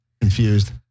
confused